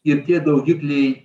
ir tie daugikliai